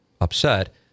upset